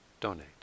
donate